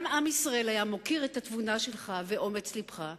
גם עם ישראל היה מוקיר את התבונה שלך ואת אומץ לבך.